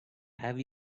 have